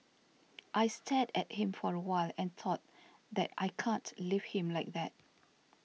I stared at him for a while and thought that I can't leave him like that